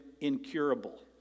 incurable